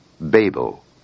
Babel